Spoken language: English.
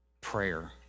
Prayer